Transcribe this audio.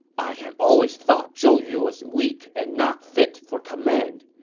i had always thought zhou yu was weak and not fit for command.